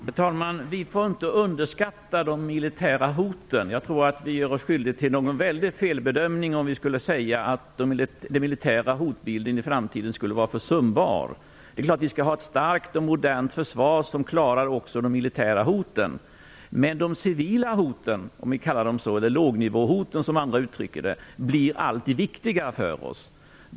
Herr talman! Vi får inte underskatta de militära hoten. Jag tror att vi skulle göra oss skyldiga till en stor felbedömning om vi sade att den militära hotbilden i framtiden var försumbar. Det är klart att vi skall ha ett starkt och modernt försvar som klarar också de militära hoten. Men de civila hoten - lågnivåhoten, som andra uttrycker det - blir allt viktigare för oss.